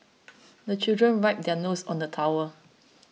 the children wipe their noses on the towel